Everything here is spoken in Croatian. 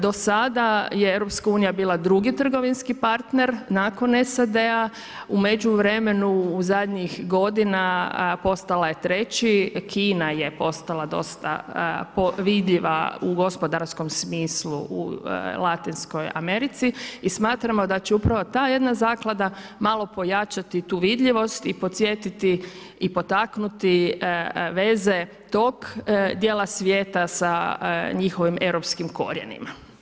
Do sada je EU bila drugi trgovinski partner nakon SAD-a, u međuvremenu u zadnjih godina postala treći, Kina je postala dosta vidljiva u gospodarskom smislu u Latinskoj Americi i smatramo daće upravo ta jedna zaklada malo pojačati u vidljivost i podsjetiti i potaknuti veze tog djela svijeta sa njihovim europskim korijenima.